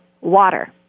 water